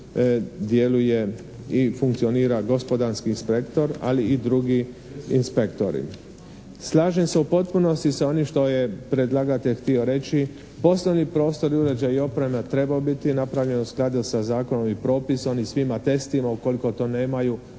djeluje i funkcionira gospodarski inspektor, ali i drugi inspektori. Slažem se u potpunosti sa onim što je predlagatelj htio reći. Poslovni prostor i uređaji i oprema treba biti napravljen u skladu sa Zakonom i propisom i svima testima. Ukoliko to nemaju